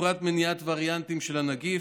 ובפרט מניעת וריאנטים של הנגיף.